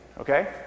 okay